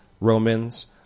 Romans